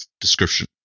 description